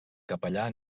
capellà